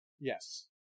Yes